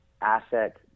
asset